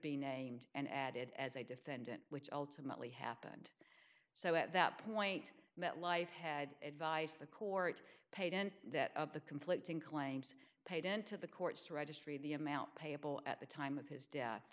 be named and added as a defendant which ultimately happened so at that point met life had advice the court paid and that of the conflicting claims paid into the courts registry of the amount payable at the time of his death